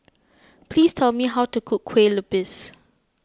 please tell me how to cook Kue Lupis